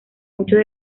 muchos